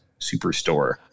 superstore